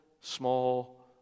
small